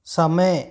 समय